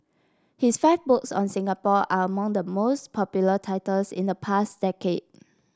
his five books on Singapore are among the most popular titles in the past decade